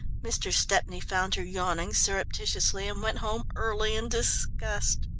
mr. stepney found her yawning surreptitiously, and went home early in disgust.